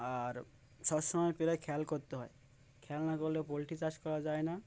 আর সব সময় পেলে খেয়াল করতে হয় খেয়াল না করলে পোলট্রি চাষ করা যায় না